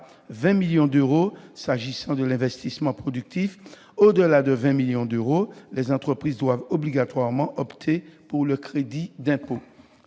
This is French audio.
20 millions d'euros s'agissant de l'investissement productif. Au-delà de 20 millions d'euros, les entreprises doivent obligatoirement opter pour le crédit d'impôt.